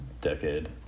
decade